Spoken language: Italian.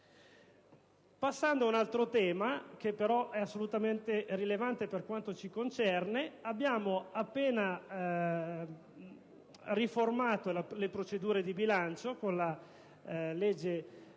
Passo ora ad un altro tema, che, però, è assolutamente rilevante per quanto ci concerne. Abbiamo appena riformato le procedure di bilancio con la legge